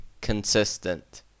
consistent